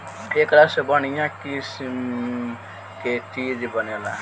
एकरा से बढ़िया किसिम के चीज बनेला